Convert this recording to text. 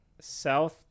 south